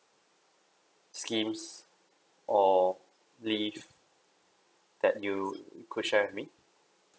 schemes or leave that you could share with me